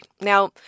Now